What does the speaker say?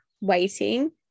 waiting